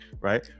right